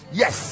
yes